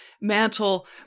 mantle